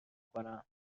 کنم